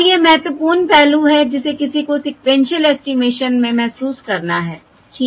और यह महत्वपूर्ण पहलू है जिसे किसी को सीक्वेन्शिअल एस्टिमेशन में महसूस करना है ठीक है